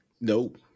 Nope